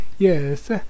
Yes